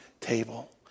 table